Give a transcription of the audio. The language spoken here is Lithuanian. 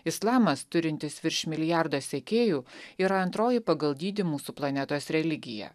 islamas turintis virš milijardo sekėjų yra antroji pagal dydį mūsų planetos religija